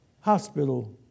hospital